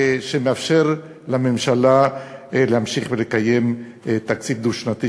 שמאפשרת לממשלה להמשיך לקיים תקציב דו-שנתי,